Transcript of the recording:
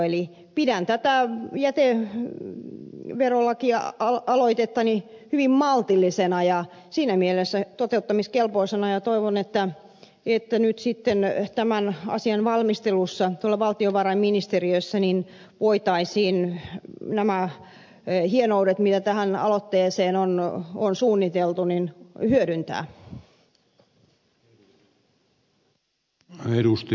eli pidän tätä jäteverolakialoitettani hyvin maltillisena ja siinä mielessä toteuttamiskelpoisena ja toivon että nyt sitten tämän asian valmistelussa valtiovarainministeriössä voitaisiin nämä hienoudet joita tähän aloitteeseen on suunniteltu hyödyntää